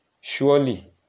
surely